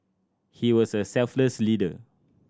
he was a selfless leader